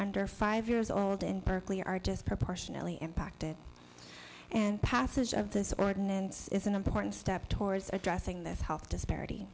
under five years old and berkeley are disproportionately impacted and passage of this ordinance is an important step towards addressing the health disparity